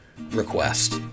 request